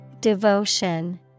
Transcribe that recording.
Devotion